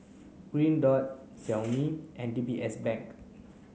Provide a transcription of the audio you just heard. Green Dot Xiaomi and D B S Bank